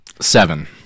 Seven